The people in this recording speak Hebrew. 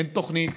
אין תוכנית,